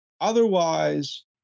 Otherwise